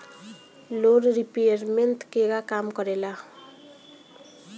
Loan repayment केगा काम करेला?